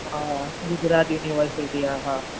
हा हा गुजरात यूनिवर्सिटी आहे हा